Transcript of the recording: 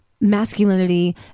masculinity